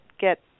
get